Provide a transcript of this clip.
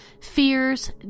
fears